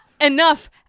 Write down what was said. enough